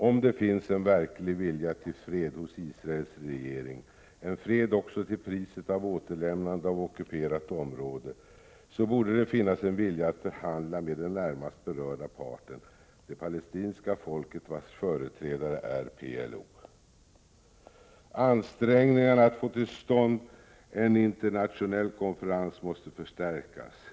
Om det finns en verklig vilja till fred hos Israels regering, en fred också till priset av återlämnandet av ockuperat område, så borde det finnas en vilja att förhandla med den närmast berörda parten, det palestinska folket, vars företrädare är PLO. Ansträngningarna att få till stånd en internationell konferens måste förstärkas.